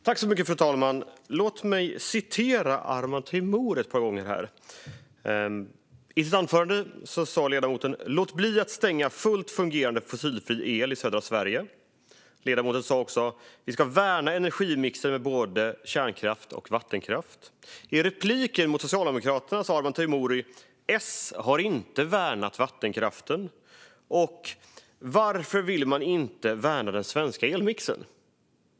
Fru talman! Låt mig citera Arman Teimouri ett par gånger här. I sitt anförande sa ledamoten: Låt bli att stänga fullt fungerande fossilfri el i södra Sverige. Ledamoten sa också: Vi ska värna energimixen med både kärnkraft och vattenkraft. I repliker med socialdemokraten sa Arman Teimouri: S har inte värnat vattenkraften, och varför vill man inte värna den svenska elmixen?